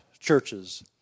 churches